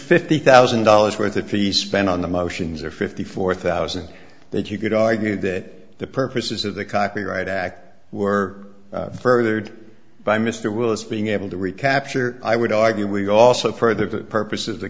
fifty thousand dollars worth of fees spent on the motions or fifty four thousand that you could argue that the purposes of the copyright act were furthered by mr willis being able to recapture i would argue we also further the purpose of the